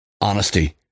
honesty